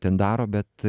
ten daro bet